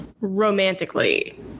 romantically